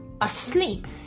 asleep